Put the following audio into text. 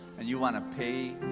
and you want to pay,